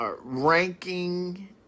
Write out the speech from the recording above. ranking